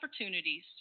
opportunities